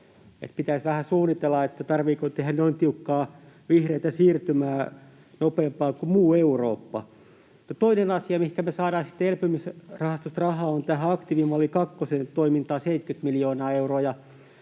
pitäisi vähän suunnitella, tarvitseeko tehdä noin tiukkaa vihreätä siirtymää, nopeampaa kuin muu Eurooppa. Toinen asia, mihinkä me saadaan sitten elpymisrahastosta rahaa, on tähän aktiivimalli kakkosen toimintaan 70 miljoonaa euroa,